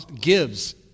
gives